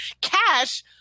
cash